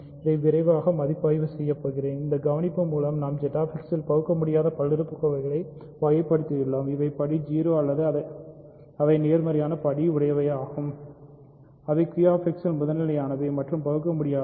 இதை விரைவாக மதிப்பாய்வு செய்கிறேன் இந்த கவனிப்பு மூலம் நாம் ZX இல் பகுக்கமுடியாத பல்லுறுப்புக்கோவைகளை வகைப்படுத்தியுள்ளோம் அவை படி 0 ஆக இருக்கின்றன அவை முதன்மை எண்களாக இருக்கின்றன அல்லது அவை நேர்மறையான படி ஆகும் அவை Q X இல் முதல்நிலை யானவை மற்றும் பாகுக்கமுடியாதவை